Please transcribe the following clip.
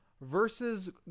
Versus